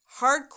hardcore